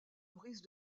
brise